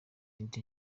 indi